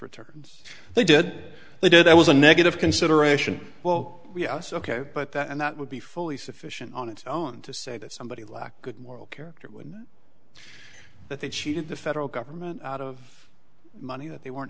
returns they did they did that was a negative consideration well ok but that and that would be fully sufficient on its own to say that somebody lacked good moral character when that they cheated the federal government out of money that they weren't